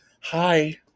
Hi